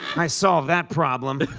i solved that problem.